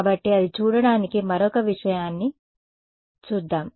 కాబట్టి అది చూడటానికి మరొక విషయాన్ని చూద్దాం